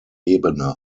ebene